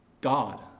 God